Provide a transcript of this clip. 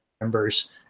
members